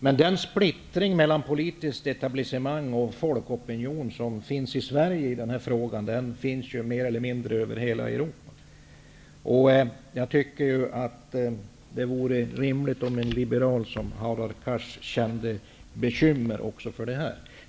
Men splittringen mellan politiskt etablissemang och folkopinion i den här frågan finns mer eller mindre över hela Europa. Jag tycker att det vore rimligt om en liberal som Hadar Cars kände bekymmer också för detta.